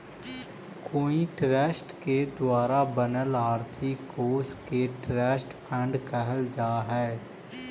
कोई ट्रस्ट के द्वारा बनल आर्थिक कोश के ट्रस्ट फंड कहल जा हई